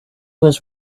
was